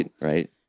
Right